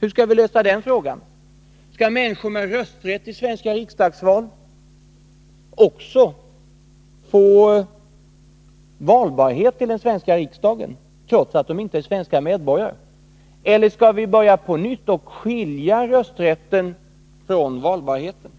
Hur skall vi lösa den frågan? Skall människor som har rätt att rösta i svenska riksdagsval också få valbarhet till den svenska riksdagen även om de inte är svenska medborgare? Eller skall vi på nytt börja skilja rösträtten från valbarheten?